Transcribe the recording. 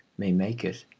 may make it,